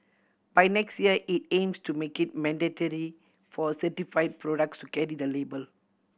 by next year it aims to make it mandatory for certify products to carry the label